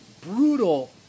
brutal